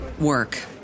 work